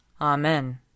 Amen